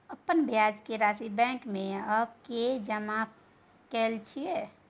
अपन ब्याज के राशि बैंक में आ के जमा कैलियै छलौं?